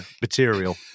material